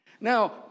Now